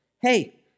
hey